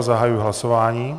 Zahajuji hlasování.